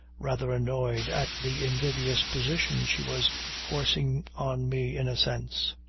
rather annoyed at the invidious position she was forcing on me in a sense.